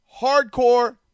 hardcore